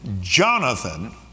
Jonathan